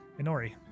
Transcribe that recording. inori